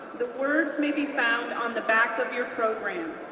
the words may be found on the back of your programs.